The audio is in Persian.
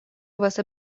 واسه